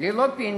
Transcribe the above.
ללא פנסיה,